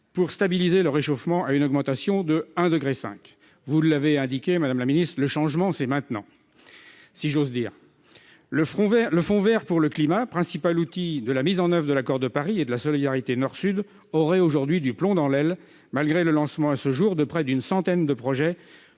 pour stabiliser le réchauffement à une augmentation de 1,5 degré. Vous l'avez indiqué, madame la secrétaire d'État, le changement, c'est maintenant, si j'ose dire. Le Fonds vert pour le climat, principal outil concret de la mise en oeuvre de l'accord de Paris et de la solidarité entre le Nord et le Sud aurait aujourd'hui du plomb dans l'aile, malgré le lancement, à ce jour, de près d'une centaine de projets